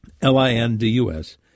L-I-N-D-U-S